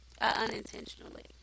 unintentionally